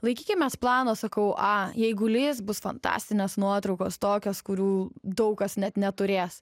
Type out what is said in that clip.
laikykimės plano sakau a jeigu lis bus fantastinės nuotraukos tokios kurių daug kas net neturės